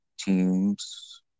teams